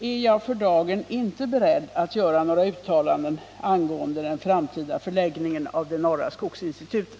är jag för dagen inte beredd att göra några uttalanden angående den framtida förläggningen av det norra skogsinstitutet.